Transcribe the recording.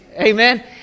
Amen